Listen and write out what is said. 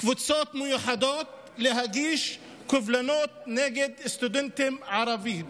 קבוצות מיוחדות להגיש קובלנות נגד סטודנטים ערבים.